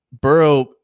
Burrow